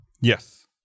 Yes